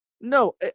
No